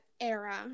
era